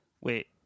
Wait